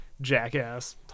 jackass